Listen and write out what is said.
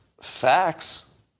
facts